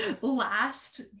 last